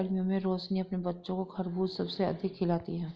गर्मियों में रोशनी अपने बच्चों को खरबूज सबसे अधिक खिलाती हैं